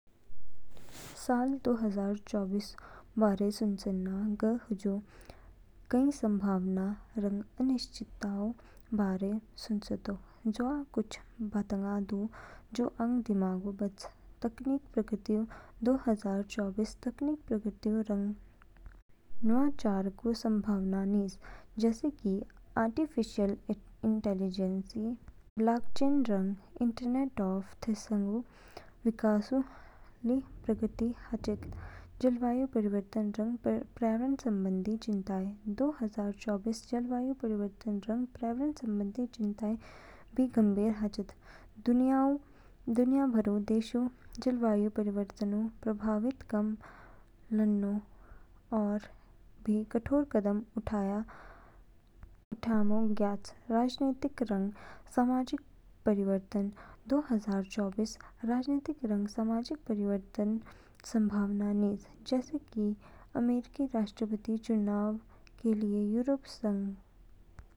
साल दो हजार चौबीसऊ बारे सुचेनो समय, ग हुजू बारे कई संभावनाओं रंग अनिश्चितताओं बारे सुचेरोक। जवा कुछ बातंगा दू, जू आंग दिमाग बच। तकनीकी प्रगति दो हजार चौबीसऊ तकनीकी प्रगतिऊ रंग नवाचारोंऊ संभावना निज, जैसे कि आर्टिफ़िशियल इंटेलिजेंस, ब्लॉकचेन रंग इंटरनेट ऑफ़ थिंग्सऊ विकासऊ ली प्रगति हाचो। जलवायु परिवर्तन रंग पर्यावरण संबंधी चिंताएं दो हजार चौबीसऊ जलवायु परिवर्तन रंग पर्यावरण संबंधी चिंताएं भी गंभीर हाचिद। दुनिया भरऊ देशऊ जलवायु परिवर्तनऊ प्रभावऊ कम लानो और भी कठोर कदम उठ यामो ज्ञायाच। राजनीतिक रंग सामाजिक परिवर्तन दो हजार चौबीसऊ राजनीतिक रंग सामाजिक परिवर्तनोंऊ संभावना नीज, जैसे कि अमेरिकी राष्ट्रपतिऊ चुनाव ऐ यूरोपीय संघऊ चुनाव।